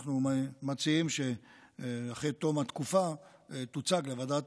אנחנו מציעים שאחרי תום התקופה תוצג לוועדת